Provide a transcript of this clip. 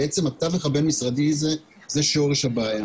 בעצם התווך הבין-משרדי הזה, הוא שורש הבעיה.